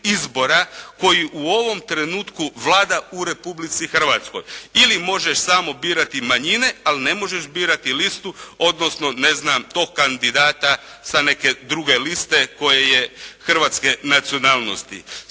koji u ovom trenutku vlada u Republici Hrvatskoj. Ili možeš samo birati manjine ali ne možeš birati listu odnosno ne znam, tog kandidata sa neke druge liste koji je hrvatske nacionalnosti.